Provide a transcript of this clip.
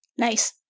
Nice